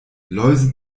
läuse